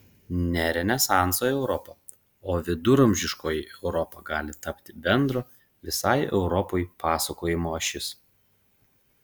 ne renesanso europa o viduramžiškoji europa gali tapti bendro visai europai pasakojimo ašis